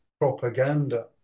propaganda